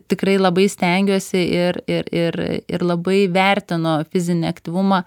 tikrai labai stengiuosi ir ir ir ir labai vertinu fizinį aktyvumą